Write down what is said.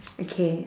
okay